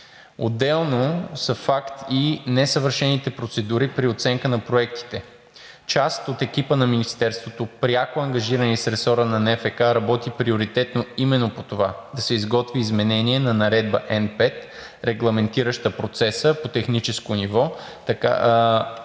отделно са факт и несъвършените процедури при оценка на проектите. Част от екипа на Министерството, пряко ангажирани с ресора на НФК, работи приоритетно именно по това – да се изготви изменение на Наредба Н-5, регламентираща процеса по техническо ниво